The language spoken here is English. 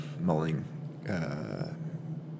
mulling